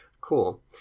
Cool